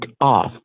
off